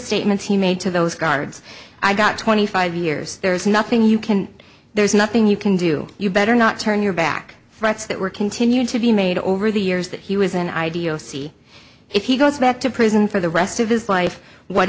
statements he made to those guards i got twenty five years there's nothing you can there's nothing you can do you better not turn your back frets that were continued to be made over the years that he was an ideal see if he goes back to prison for the rest of his life what